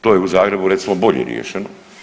To je u Zagrebu recimo bolje riješeno.